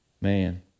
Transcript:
Man